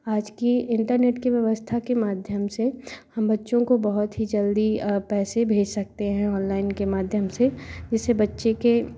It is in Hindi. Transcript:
आज की इंटरनेट की व्यवस्था के माध्यम से हम बच्चों को बहुत ही जल्दी पैसे भेज सकते हैं ऑनलाइन के माध्यम से जिससे बच्चे के